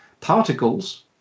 particles